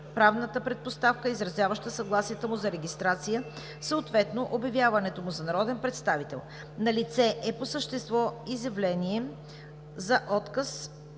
абсолютна предпоставка, изразяваща съгласието му за регистрация, съответно обявяването му за народен представител. Налице е по същество изявление за отказ